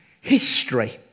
history